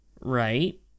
Right